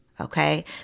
okay